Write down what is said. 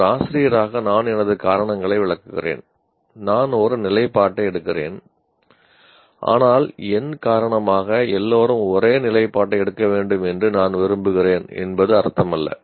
ஒரு ஆசிரியராக நான் எனது காரணங்களை விளக்குகிறேன் நான் ஒரு நிலைப்பாட்டை எடுக்கிறேன் ஆனால் என் காரணமாக எல்லோரும் ஒரே நிலைப்பாட்டை எடுக்க வேண்டும் என்று நான் விரும்புகிறேன் என்பது அர்த்தமல்ல